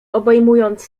obejmując